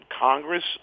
Congress